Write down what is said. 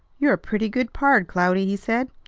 you're a pretty good pard, cloudy, he said.